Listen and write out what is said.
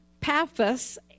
Paphos